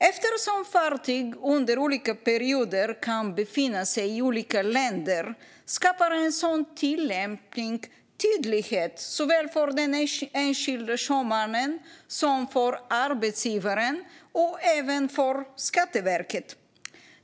Eftersom fartyg under olika perioder kan befinna sig i olika länder skapar en sådan tillämpning tydlighet såväl för de enskilda sjömännen som för arbetsgivaren och även för Skatteverket.